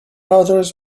others